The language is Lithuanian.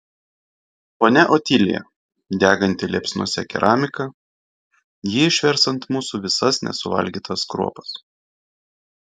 ponia otilija deganti liepsnose keramika ji išvers ant mūsų visas nesuvalgytas kruopas